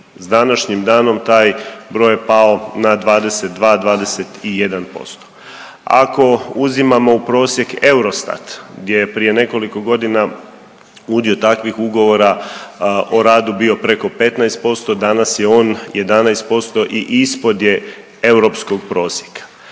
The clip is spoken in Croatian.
Sa današnjim danom taj broj je pao na 22, 21%. Ako uzimamo u prosjek EUROSTAT gdje je prije nekoliko godina udio takvih ugovora o radu bio preko 15%, danas je on 11% i ispod je europskog prosjeka.